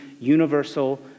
universal